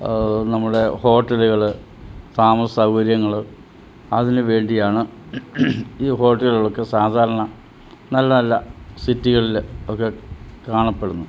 നമ്മുടെ ഹോട്ടലുകൾ താമസ സൗകര്യങ്ങൾ അതിനുവേണ്ടിയാണ് ഈ ഹോട്ടലുകളൊക്കെ സാധാരണ നല്ല നല്ല സിറ്റികളിൽ ഒക്കെ കാണപ്പെടുന്നു